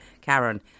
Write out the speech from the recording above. karen